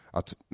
Att